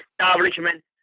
establishment